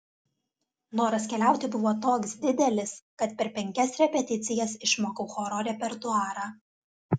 noras keliauti buvo toks didelis kad per penkias repeticijas išmokau choro repertuarą